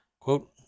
Quote